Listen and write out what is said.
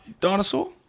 dinosaur